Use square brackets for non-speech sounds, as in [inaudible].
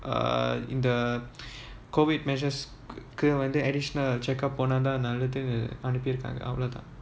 uh in the COVID measures கு வந்து:ku vanthu additional check up [laughs] another thing அனுப்பிருக்காங்க அவ்ளோ தான்:anupirukaanga avlo thaan